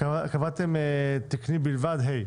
קבעתם תקני בלבד ה'.